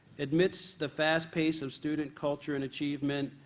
amidst the fast pace of student culture and achievement,